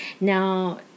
Now